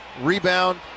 Rebound